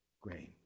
grain